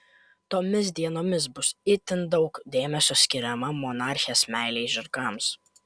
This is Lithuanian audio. tomis dienomis bus itin daug dėmesio skiriama monarchės meilei žirgams